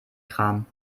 kram